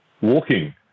walking